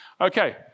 Okay